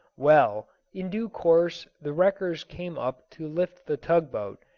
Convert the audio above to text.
well, in due course the wreckers came up to lift the tug-boat,